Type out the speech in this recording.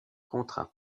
contrat